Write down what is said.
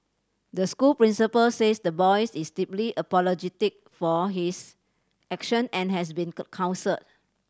the school principal says the boy is deeply apologetic for his action and has been counselled